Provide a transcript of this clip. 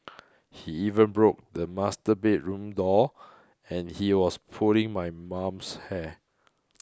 he even broke the master bedroom door and he was pulling my mum's hair